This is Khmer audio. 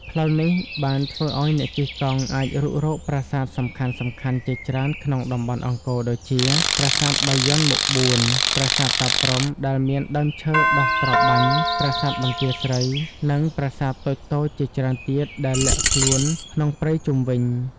ផ្លូវនេះបានធ្វើឲ្យអ្នកជិះកង់អាចរុករកប្រាសាទសំខាន់ៗជាច្រើនក្នុងតំបន់អង្គរដូចជា ប្រាសាទបាយ័នមុខបួន ប្រាសាទតាព្រហ្មដែលមានដើមឈើដុះត្របាញ់ ប្រាសាទបន្ទាយស្រី និងប្រាសាទតូចៗជាច្រើនទៀតដែលលាក់ខ្លួនក្នុងព្រៃជុំវិញ។